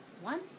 One